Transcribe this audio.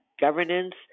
governance